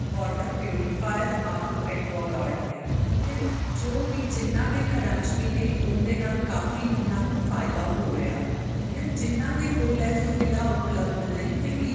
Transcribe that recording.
voter purifier RO Aquaguard ਨੇ ਠੀਕ ਹੈ ਜੋ ਵੀ ਜਿਨ੍ਹਾਂ ਦੇ ਘਰਾਂ 'ਚ ਵੀ ਨੇ ਉਹਦੇ ਨਾਲ ਕਾਫੀ ਉਹਨਾਂ ਨੂੰ ਫਾਇਦਾ ਹੋ ਰਿਹਾ ਹੈ ਠੀਕ ਹੈ ਜਿਨ੍ਹਾਂ ਦੇ ਕੋਲ ਐ ਸੁਵਿਧਾ ਉਪਲਬਧ ਨਹੀਂ ਹੈਗੀ